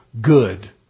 good